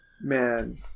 Man